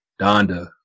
Donda